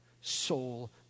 soul